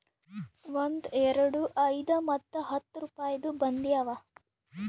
ಒಂದ್, ಎರಡು, ಐಯ್ದ ಮತ್ತ ಹತ್ತ್ ರುಪಾಯಿದು ಬಂದಿ ಅವಾ